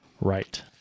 right